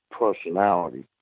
personality